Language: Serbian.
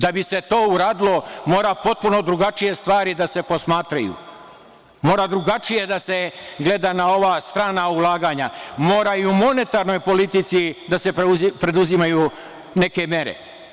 Da bi se to uradilo mora potpuno drugačije stvari da se posmatraju, mora drugačije da se gleda na ova strana ulaganja, moraju monetarnoj politici da se preduzimaju neke mere.